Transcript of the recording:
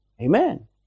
Amen